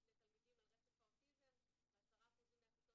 לתלמידים על רצף האוטיזם ו-10% מהכיתות